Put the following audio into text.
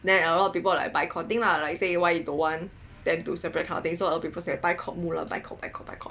then a lot of people are like boycotting lah like say why you don't want them to separate kind of thing so people started boycott Mulan boycott boycott boycott